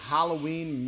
Halloween